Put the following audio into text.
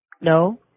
No